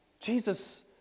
Jesus